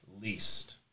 least